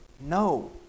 No